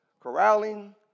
Corralling